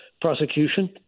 prosecution